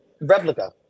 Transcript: replica